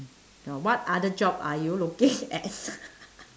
what other job are you looking at